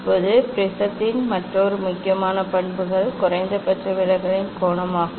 இப்போது ப்ரிஸத்தின் மற்றொரு முக்கியமான பண்புகள் குறைந்தபட்ச விலகலின் கோணம் ஆகும்